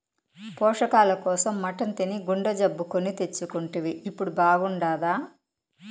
పోషకాల కోసం మటన్ తిని గుండె జబ్బు కొని తెచ్చుకుంటివి ఇప్పుడు బాగుండాదా